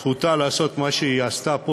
זכותה לעשות מה שהיא עשתה פה,